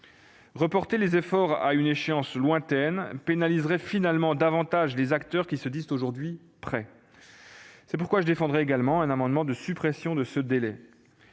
Reporter les efforts à une échéance lointaine pénaliserait finalement davantage les acteurs qui se disent aujourd'hui « prêts ». C'est pourquoi je défendrai également un amendement visant à supprimer ce délai.